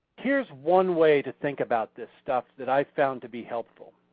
here's one way to think about this stuff that i found to be helpful.